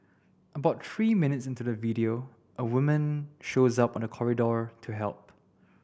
about three minutes into the video a woman shows up on the corridor to help